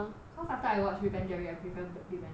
cause after I watch big bang theory I prefer big bang theory